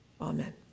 amen